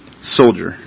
soldier